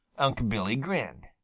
unc' billy grinned.